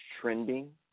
trending